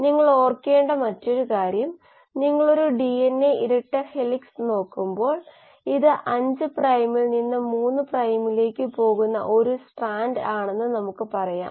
അതിനാൽ കോശങ്ങൾക്കുളിൽ എന്താണ് സംഭവിക്കുന്നതെന്നതിന്റെ നല്ല സൂചനയാണിത് കൽച്ചറിന്റെ ഫ്ലൂറസെൻസ് അളക്കുന്നതിലൂടെ അത് മനസ്സിലാകും നിങ്ങൾക്ക് താൽപ്പര്യമുണ്ടെങ്കിൽ ഈ പ്രബന്ധം വായിക്കാം